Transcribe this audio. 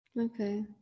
Okay